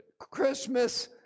Christmas